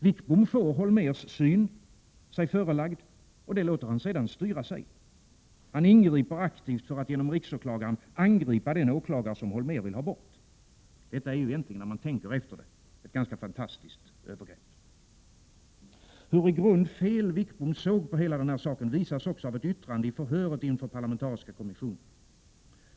Wickbom får Holmérs syn sig förelagd — och det låter han sedan styra sig av. Han ingriper aktivt för att genom riksåklagaren angripa den åklagare som Holmér vill ha bort. Detta är egentligen ett oerhört övergrepp. Hur i grund fel Wickbom såg på hela saken visas också av ett yttrande i förhöret inför parlamentariska kommissionen.